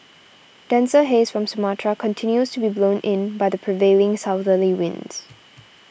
denser haze from Sumatra continues to be blown in by the prevailing southerly winds